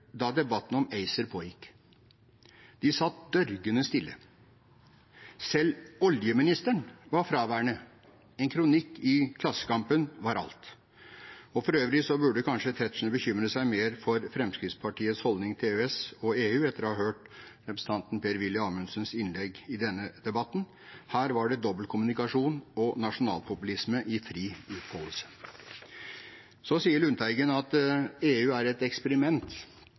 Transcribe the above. da debatten om ACER pågikk? De satt dørgende stille. Selv oljeministeren var fraværende. En kronikk i Klassekampen var alt. Før øvrig bør kanskje Tetzschner bekymre seg mer for Fremskrittspartiets holdning til EØS og EU etter å ha hørt representanten Per-Willy Amundsens innlegg i denne debatten. Her var det dobbeltkommunikasjon og nasjonalpopulisme i fri utfoldelse. Så sier Lundteigen at EU er et eksperiment.